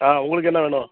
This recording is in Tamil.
ஆ உங்களுக்கு என்ன வேணும்